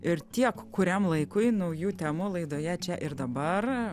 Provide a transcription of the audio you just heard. ir tiek kuriam laikui naujų temų laidoje čia ir dabar